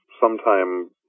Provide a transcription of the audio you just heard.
sometime